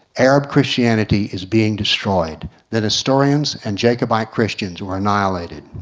arab christianity is being destroyed. then nestorian and jacobite christian were annihilated.